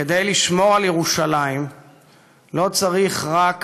כדי לשמור על ירושלים לא צריך רק